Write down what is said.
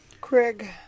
Craig